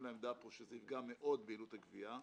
לעמדה פה שזה יפגע מאוד ביעילות הגבייה,